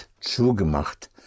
zugemacht